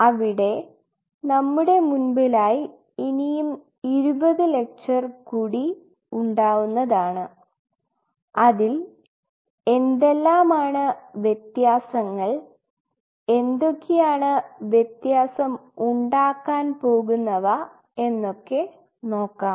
അവിടെ നമ്മുടെ മുൻപിലായി ഇനിയും 20 ലെക്ചറുകൾ കൂടി ഉണ്ടാവുന്നതാണ് അതിൽ എന്തെല്ലാമാണ് വ്യത്യാസങ്ങൾ എന്തൊക്കെയാണ് ആണ് വ്യത്യാസം ഉണ്ടാക്കാൻ പോകുന്നവ എന്നൊക്കെ നോക്കാം